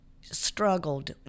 struggled